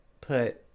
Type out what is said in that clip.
put